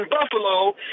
Buffalo